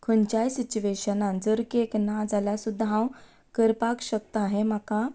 खंयच्याय सिचुएशनांत जर केक ना जाल्यार सुद्दां हांव करपाक शकता हें म्हाका